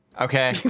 Okay